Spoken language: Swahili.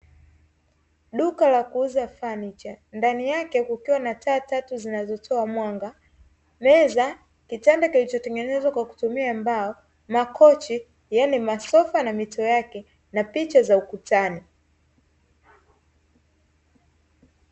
Duka la kuuza fanicha, ndani yake kukiwa na taa tatu zinazotoa mwanga, meza, kitanda kilichotengenezwa kwa kutumia mbao, makochi yaani masofa na mito yake na picha za ukutani.